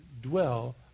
dwell